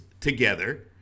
together